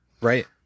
Right